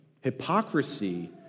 Hypocrisy